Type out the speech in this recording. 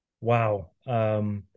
wow